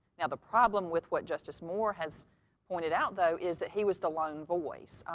now, the problem with what justice moore has pointed out though is that he was the lone voice.